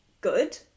good